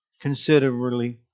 considerably